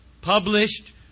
published